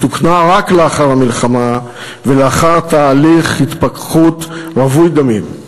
היא תוקנה רק לאחר המלחמה ולאחר תהליך התפכחות רווי דמים.